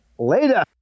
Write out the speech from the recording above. Later